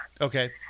Okay